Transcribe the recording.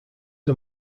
are